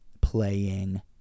Playing